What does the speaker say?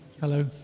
Hello